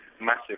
massive